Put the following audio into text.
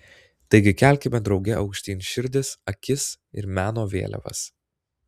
taigi kelkime drauge aukštyn širdis akis ir meno vėliavas